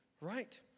right